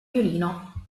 violino